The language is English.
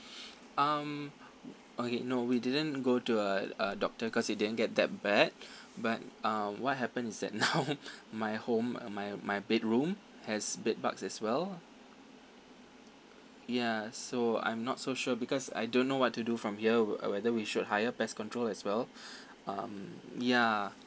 um okay no we didn't go to a a doctor cause it didn't get that bad but uh what happened is that now my home ah my my bedroom has bedbugs as well ya so I'm not so sure because I don't know what to do from here whe~ uh whether we should hire pest control as well ya